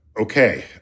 okay